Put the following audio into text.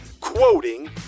quoting